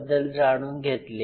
बद्दल जाणून घेतले